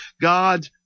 God